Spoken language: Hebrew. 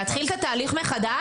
להתחיל את התהליך מחדש?